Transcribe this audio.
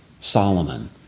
Solomon